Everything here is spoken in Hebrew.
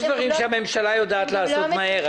יש דברים שהממשלה יודעת לעשות מהר,